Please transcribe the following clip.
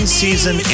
season